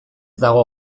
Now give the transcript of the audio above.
dago